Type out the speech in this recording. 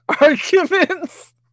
arguments